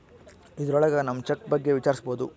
ಇದ್ರೊಳಗ ನಮ್ ಚೆಕ್ ಬಗ್ಗೆ ವಿಚಾರಿಸ್ಬೋದು